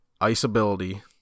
ice-ability-